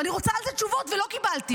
ואני רוצה על זה תשובות ולא קיבלתי.